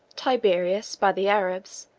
tiberius by the arabs,